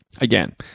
Again